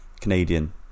Canadian